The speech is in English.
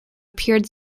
appeared